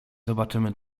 zobaczymy